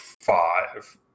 five